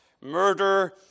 murder